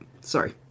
Sorry